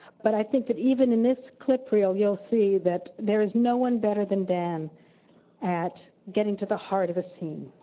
but i think that even in this clip reel, you'll see that there is no one better than dan at getting to the heart of a scene.